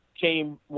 came